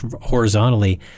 Horizontally